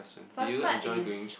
first part is